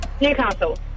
Newcastle